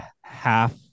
half